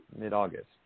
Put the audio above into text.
Mid-August